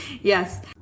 Yes